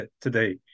today